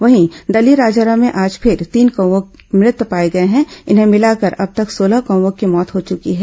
वहीं दल्लीराजहरा में आज फिर तीन कौवे मृत पाए गए हैं इन्हें भिलाकर अब तक सोलह कौवों की मौत हो चुकी है